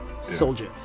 soldier